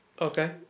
Okay